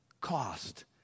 cost